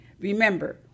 Remember